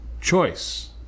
choice